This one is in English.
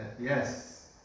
yes